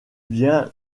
bien